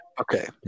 Okay